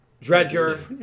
Dredger